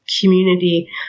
community